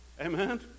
Amen